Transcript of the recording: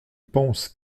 pense